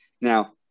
Now